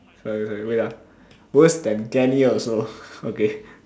sorry sorry wait ah worse then Danny also okay